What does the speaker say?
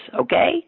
okay